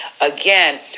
again